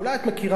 אולי את מכירה,